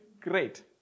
great